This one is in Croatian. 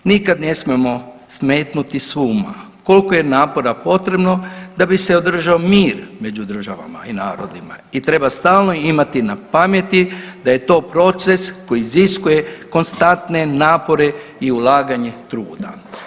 Nikad ne smijemo smetnuti s uma kolko je napora potrebno da bi se održao mir među državama i narodima i treba stalno imati na pameti da je to proces koji iziskuje konstantne napore i ulaganje truda.